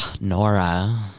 Nora